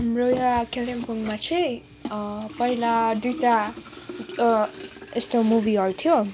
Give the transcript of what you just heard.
हाम्रो यहाँ कालिम्पोङमा चाहिँ पहिला दुईटा यस्तो मुभी हल थियो